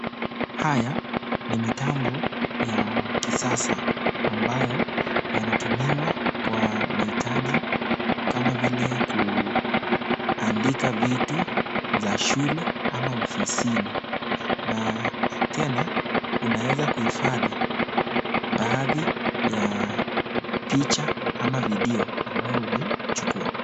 Haya ni mitambo ya kisasa ambayo yanatumiwa kwa mahitaji kama vile kuandika vitu za shule ama ofisini na tena unaweza kuhifadhi baadhi ya picha ama video ambayo